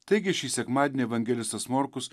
taigi šį sekmadienį evangelistas morkus